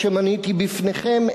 שמניתי בפניכם,